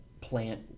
plant